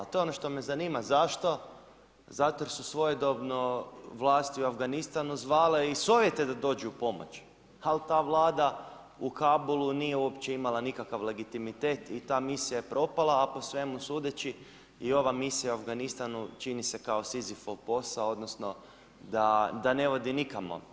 To je ono što me zanima zašto, zato jer su svojedobno vlasti u Afganistanu zvale i Sovjete da dođu u pomoć, ali ta Vlada u Kabulu nije uopće imala nikakav legitimitet i ta misija je propala a po svemu sudeći i ova misija u Afganistanu čini se kao Sizifov posao odnosno da ne vodi nikamo.